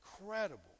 incredible